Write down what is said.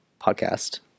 podcast